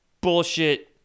bullshit